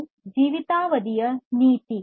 ಇದು ಜೀವಿತಾವಧಿಯ ನೀತಿ